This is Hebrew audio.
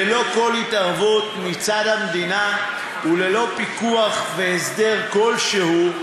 ללא כל התערבות מצד המדינה וללא פיקוח והסדר כלשהו,